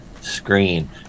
screen